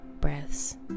breaths